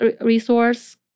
resource